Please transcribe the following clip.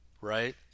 right